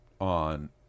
on